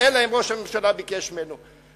אלא אם ראש הממשלה ביקש ממנו.